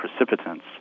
precipitants